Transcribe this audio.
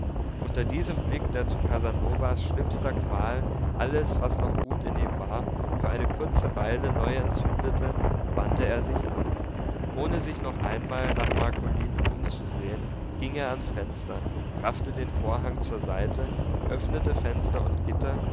unter diesem blick der zu casanovas schlimmster qual alles was noch gut in ihm war für eine kurze weile neu entzündete wandte er sich ab ohne sich noch einmal nach marcolinen umzusehen ging er ans fenster raffte den vorhang zur seite öffnete fenster und gitter